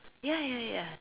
ya ya ya